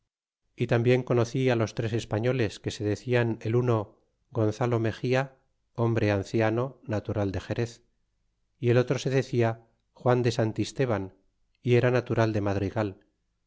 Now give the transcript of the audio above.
farfan tambien conocí á los tres españoles que se decia el uno gonzalo mexia hombre anciano natural de xeréz y el otro se decia juan de santisteban y era natural de madrigal